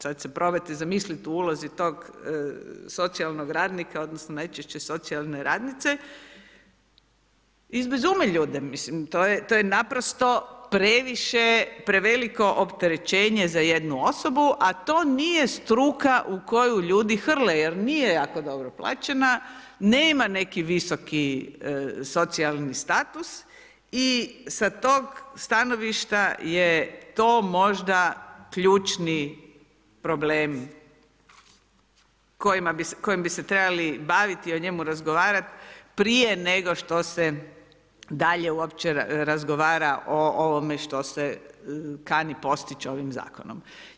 Sada se probajte zamisliti u ulozi tog socijalnog radnika, odnosno najčešće socijalne radnice, izbezume ljude, mislim to je naprosto previše, preveliko opterećenje za jednu osobu a to nije struka u koju ljudi hrle jer nije jako dobro plaćena, nema neki visoki socijalni status i sa tog stanovišta je to možda ključni problem koji bi se trebali baviti i o njemu razgovarati prije nego što se dalje uopće razgovara o ovome što se kani postići ovim zakonom.